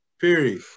Period